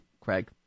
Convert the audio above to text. Craig